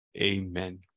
Amen